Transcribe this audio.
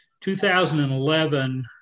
2011